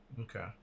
Okay